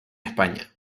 españa